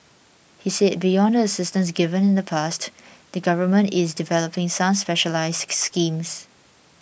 he said beyond the assistance given in the past the Government is developing some specialised schemes